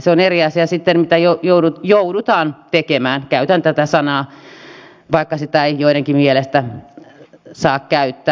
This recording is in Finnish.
se on eri asia sitten mitä joudutaan tekemään käytän tätä sanaa vaikka sitä ei joidenkin mielestä saa käyttää